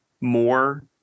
more